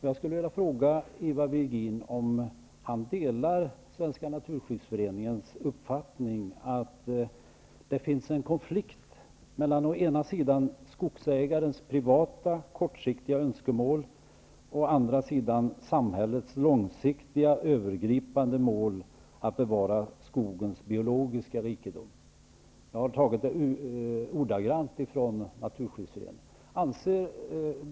Jag skulle vilja fråga Ivar Virgin om han delar Svenska naturskyddsföreningens uppfattning att det finns en konflikt mellan å ena sidan skogsägarens privata, kortsiktiga önskemål och å andra sidan samhällets långsiktiga, övergripande mål att bevara skogens biologiska rikedom. Det är ordagrant vad Naturskyddsföreningen har sagt.